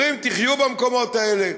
אומרים: תחיו במקומות האלה,